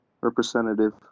representative